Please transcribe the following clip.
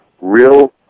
real